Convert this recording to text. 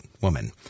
woman